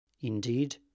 Indeed